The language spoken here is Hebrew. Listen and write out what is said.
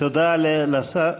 תודה לשר.